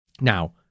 Now